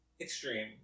extreme